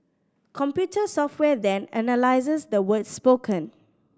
computer software then analyses the words spoken